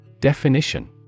Definition